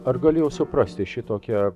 ar galėjau suprasti šitokią